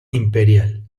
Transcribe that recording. imperial